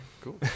Cool